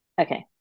Okay